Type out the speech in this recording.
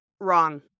wrong